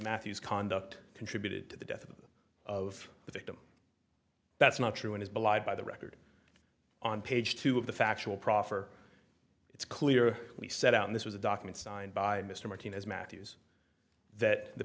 matthews conduct contributed to the death of the victim that's not true in his belied by the record on page two of the factual proffer it's clear we set out in this was a document signed by mr martinez matthews that the